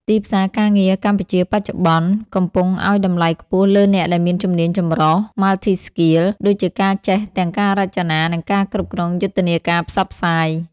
ទីផ្សារការងារកម្ពុជាបច្ចុប្បន្នកំពុងឱ្យតម្លៃខ្ពស់លើអ្នកដែលមានជំនាញចម្រុះ (Multi-skilled) ដូចជាការចេះទាំងការរចនា និងការគ្រប់គ្រងយុទ្ធនាការផ្សព្វផ្សាយ។